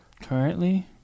Currently